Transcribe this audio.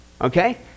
Okay